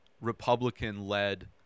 republican-led